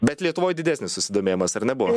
bet lietuvoj didesnis susidomėjimas ar ne buvo